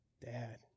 Dad